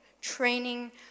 training